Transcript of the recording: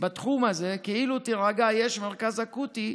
בתחום הזה, כאילו תירגע, יש מרכז אקוטי,